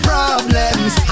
Problems